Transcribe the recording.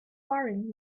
faring